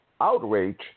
outrage